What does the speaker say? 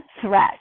threat